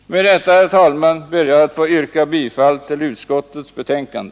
Med detta, herr talman, ber jag att få yrka bifall till utskottets betänkande.